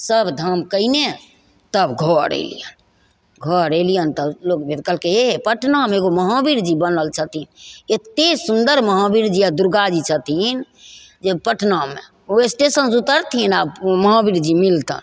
सब धाम कएने तब घर अएलिअनि घर अएलअनि तब लोकवेद कहलकै हे हे पटनामे एगो महावीरजी बनल छथिन एतेक सुन्दर महावीरजी आओर दुरगाजी छथिन जे पटनामे ओ स्टेशनसे उतरथिन आओर महावीरजी मिलतनि